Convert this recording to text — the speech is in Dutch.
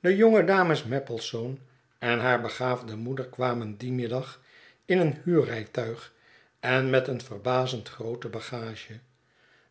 de jonge dames maplesone en haar begaafde moeder kwamen dien middag in een huurrijtuig en met een verbazend groote bagage